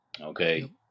okay